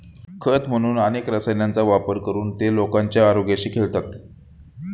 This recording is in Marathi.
खत म्हणून अधिक रसायनांचा वापर करून ते लोकांच्या आरोग्याशी खेळतात